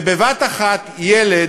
ובבת-אחת, ילד